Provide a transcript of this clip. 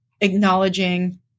acknowledging